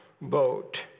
boat